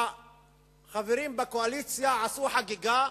החברים בקואליציה עשו חגיגה,